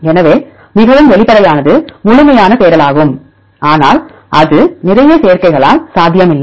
எனவே மிகவும் வெளிப்படையானது முழுமையான தேடலாகும் ஆனால் அது நிறைய சேர்க்கைகளால் சாத்தியமில்லை